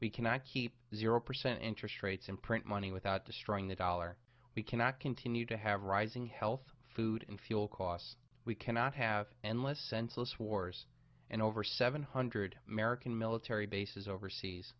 we cannot keep zero percent interest rates and print money without destroying the dollar we cannot continue to have rising health food and fuel costs we cannot have endless senseless wars and over seven hundred american military bases overseas